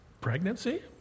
pregnancy